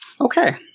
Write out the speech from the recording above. Okay